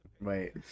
Wait